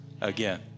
again